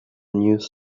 news